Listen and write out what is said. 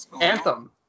Anthem